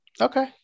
Okay